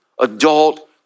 adult